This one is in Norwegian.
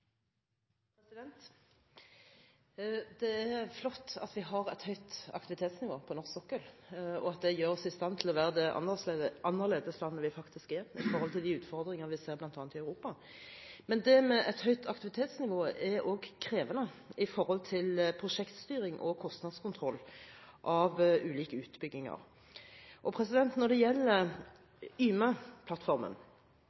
folk. Det er flott at vi har et høyt aktivitetsnivå på norsk sokkel, og at det gjør oss i stand til å være det annerledeslandet vi faktisk er i forhold til de utfordringene vi ser i bl.a. Europa. Men et høyt aktivitetsnivå er også krevende med tanke på prosjektstyring og kostnadskontroll av ulike utbygginger. Når det